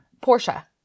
Portia